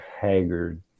haggard